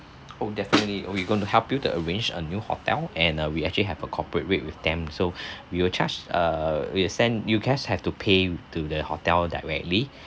oh definitely we're going to help you to arrange a new hotel and uh we actually have a corporate rate with them so we will charge err we send you guys have to pay to the hotel directly